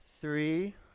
three